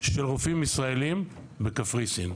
של רופאים ישראלים בקפריסין.